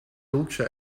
dulce